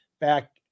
back